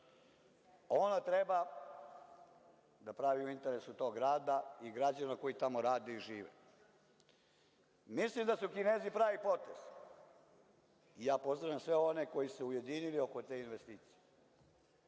Ona treba da pravi u interesu tog grada i građana koji tamo rade i žive. Mislim da su Kinezi pravi potez i ja pozdravljam sve one koji su se ujedinili oko te investicije